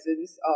presence